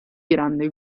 grande